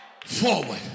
forward